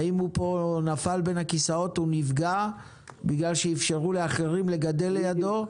האם הוא נפל בין הכיסאות ונפגע בגלל שאפשרו לאחרים לגדל לידו,